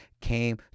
came